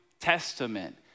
Testament